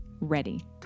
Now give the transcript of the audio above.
ready